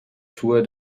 tour